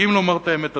כי אם לומר את האמת,